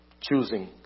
choosing